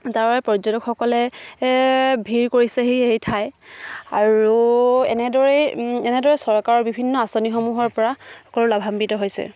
যাৰ বাবে পৰ্যটকসকলে ভিৰ কৰিছেহি সেই ঠাই আৰু এনেদৰেই এনেদৰে চৰকাৰৰ বিভিন্ন আঁচনিসমূহৰ পৰা সকলো লাভাম্বিত হৈছে